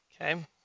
Okay